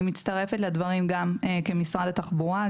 אני מצטרפת לדברים גם, כמשרד התחבורה.